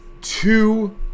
two